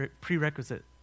prerequisite